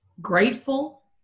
grateful